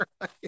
right